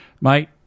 Mate